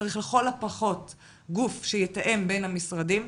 צריך לכל הפחות גוף שיתאם בין המשרדים.